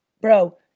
bro